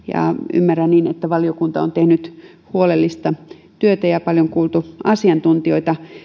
ymmärrän niin että valiokunta on tehnyt huolellista työtä ja on paljon kuultu asiantuntijoita